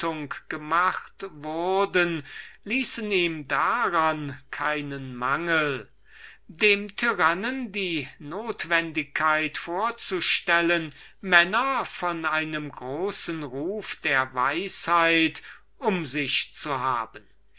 ihm gelegenheit genug dem tyrannen die notwendigkeit vorzustellen männer von einem großen ruf der weisheit um sich zu haben